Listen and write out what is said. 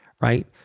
right